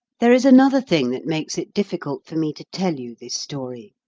there is another thing that makes it difficult for me to tell you this story,